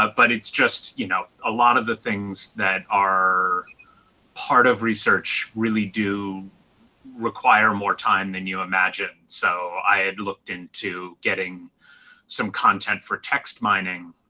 but it's just, you know, a lot of the things that are part of research really do require more time than you imagine. so i had looked into getting some content for text mining,